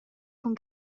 cun